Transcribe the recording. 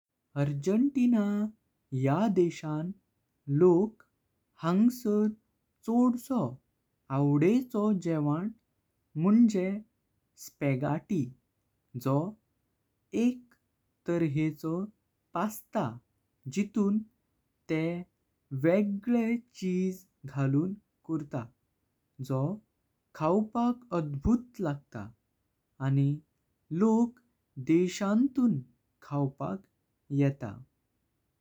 अर्जेन्टिना या देशां लोक हांसार छोदसो आवडचो। जेवन मुँझे स्पघेटी जो एक तरहेचो पास्ता। जितून तेह वेगळे चीजे घालून करता जो खावपाक अद्भुत लागतां आनी लोक देशांतूं खावपाक येता।